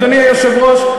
אדוני היושב-ראש,